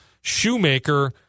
Shoemaker